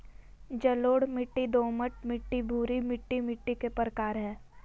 जलोढ़ मिट्टी, दोमट मिट्टी, भूरी मिट्टी मिट्टी के प्रकार हय